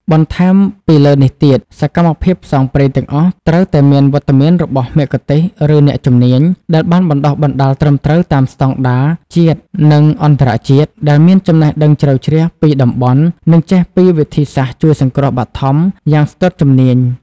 បន្ថែមពីលើនេះទៀត សកម្មភាពផ្សងព្រេងទាំងអស់ត្រូវតែមានវត្តមានរបស់មគ្គុទ្ទេសក៍ឬអ្នកជំនាញដែលបានបណ្ដុះបណ្ដាលត្រឹមត្រូវតាមស្តង់ដារជាតិនិងអន្តរជាតិ ដែលមានចំណេះដឹងជ្រៅជ្រះពីតំបន់ និងចេះពីវិធីសាស្ត្រជួយសង្គ្រោះបឋមយ៉ាងស្ទាត់ជំនាញ។